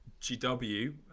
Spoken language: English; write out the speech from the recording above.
GW